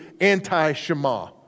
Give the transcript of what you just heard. anti-Shema